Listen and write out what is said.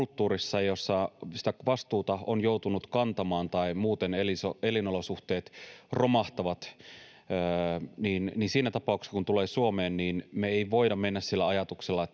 kulttuurista, jossa sitä vastuuta on joutunut kantamaan tai muuten elinolosuhteet romahtavat, niin siinä tapauksessa, kun tulee Suomeen, me ei voida mennä sillä ajatuksella,